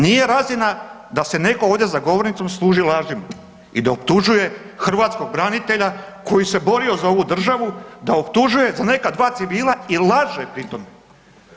Nije razina da se netko ovdje za govornicom služi lažima i da optužuje hrvatskog branitelja koji se borio za ovu državu, da optužuje za neka dva civila i laže pri tome.